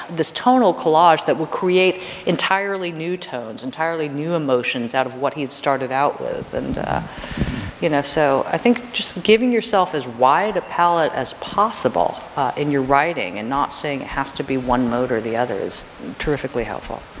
this tonal collage that will create entirely new tones, entirely new emotions out of what he'd started out with. and you know, so i think just giving yourself as wide a palette as possible in your writing and not saying it has to be one mode or the other is terrifically helpful.